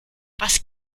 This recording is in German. was